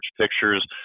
pictures